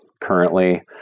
currently